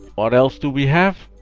what else do we have?